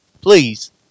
Please